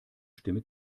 stimme